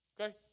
okay